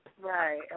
Right